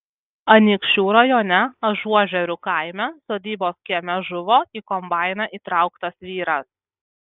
anykščių rajone ažuožerių kaime sodybos kieme žuvo į kombainą įtrauktas vyras